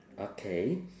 okay